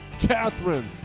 Catherine